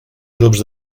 grups